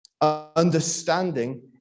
Understanding